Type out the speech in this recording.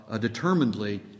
determinedly